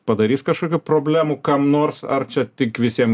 padarys kažkokių problemų kam nors ar čia tik visiem